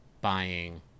buying